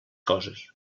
coses